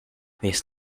this